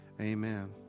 amen